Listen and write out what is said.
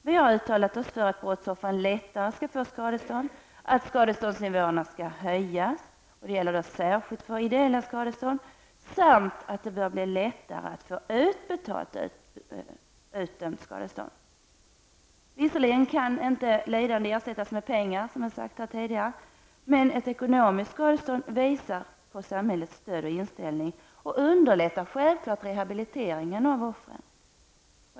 Vi har uttalat oss för att brottsoffren lättare skall få skadestånd, att skadeståndsnivåerna bör höjas -- särskilt för ideella skadestånd -- samt att det bör bli lättare att få ett utdömt skadestånd utbetalt. Visserligen kan inte lidande ersättas med pengar, som jag tidigare sagt, men ett ekonomiskt skadestånd visar på samhällets stöd och inställning och underlättar självfallet rehabiliteringen av offren.